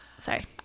Sorry